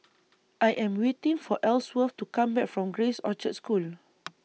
I Am waiting For Elsworth to Come Back from Grace Orchards School